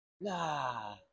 Nah